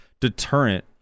deterrent